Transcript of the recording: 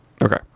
Okay